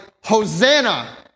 Hosanna